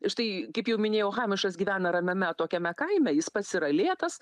štai kaip jau minėjau hamišas gyvena ramiame atokiame kaime jis pats yra lėtas